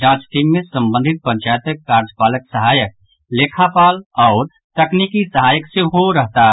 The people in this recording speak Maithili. जांच टीम मे संबंधित पंचायतक कार्यपालक सहायक लेखापाल आओर तकनीकी सहायक सेहो रहताह